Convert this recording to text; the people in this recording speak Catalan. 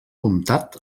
comtat